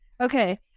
Okay